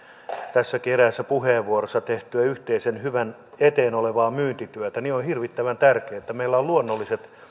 tässäkin eräässä puheenvuorossa mainittua yhteisen hyvän eteen olevaa myyntityötä niin on hirvittävän tärkeää että meillä on luonnolliset